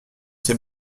ses